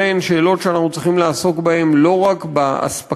אלה הן שאלות שאנחנו צריכים לעסוק בהן לא רק באספקלריה